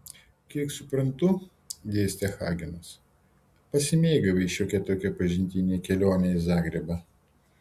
kiek suprantu dėstė hagenas pasimėgavai šiokia tokia pažintine kelione į zagrebą